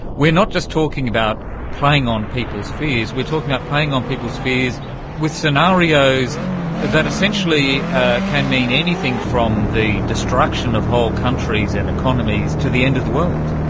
we are not just talking about playing on people's fears, we are talking about playing on people's fears with scenarios that essentially can mean anything from the destruction of whole countries and economies to the end of the world.